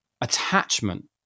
attachment